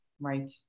Right